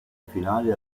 finali